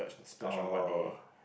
oh